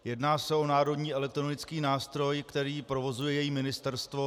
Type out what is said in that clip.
Jedná se o národní elektronický nástroj, který provozuje její ministerstvo.